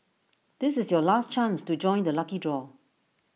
this is your last chance to join the lucky draw